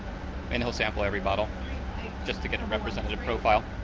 and he'll sample every bottle just to get a representative profile.